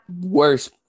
Worst